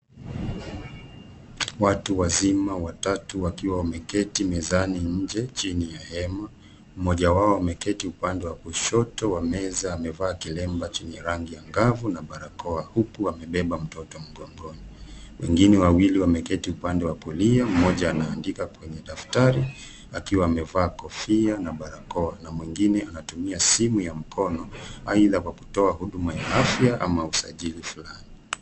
Watu wazima watatu wakiwa wameketi mezani nje chini ya hema. Mmoja wao ameketi upande wa kushoto wa meza amevaa kilemba chenye rangi angavu na barakoa huku amebeba mtoto mgongoni. Wengine wawili wameketi upande wa kulia mmoja anaandika kwenye daftari akiwa amevaa kofia na barakoa na mwingine anatumia simu ya mkono aidha kwa kutoa huduma ya afya ama usajili fulani.